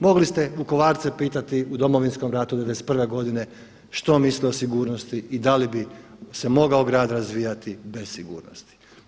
Mogli ste Vukovarce pitati u Domovinskom ratu 91. godine što misle o sigurnosti i da li bi se mogao grad razvijati bez sigurnosti?